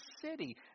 city